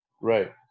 Right